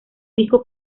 disco